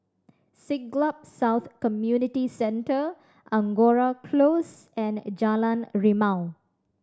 Siglap South Community Centre Angora Close and Jalan Rimau